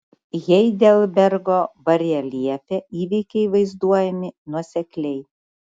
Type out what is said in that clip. heidelbergo bareljefe įvykiai vaizduojami nuosekliai